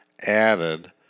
Added